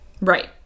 Right